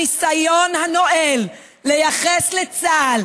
הניסיון הנואל לייחס לצה"ל,